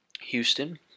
Houston